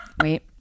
wait